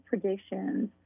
predictions